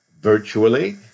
virtually